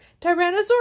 Tyrannosaurus